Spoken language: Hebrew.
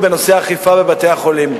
מ-100 ארגונים,